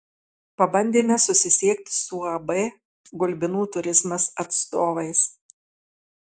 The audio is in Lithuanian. pabandėme susisiekti su uab gulbinų turizmas atstovais